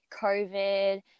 COVID